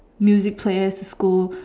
music players to school